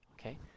okay